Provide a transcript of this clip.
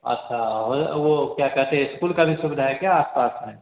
अच्छा होए वह क्या कहते स्कूल की भी सुविधा है क्या आस पास में